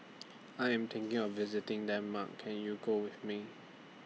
I Am thinking of visiting Denmark Can YOU Go with Me